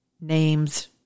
names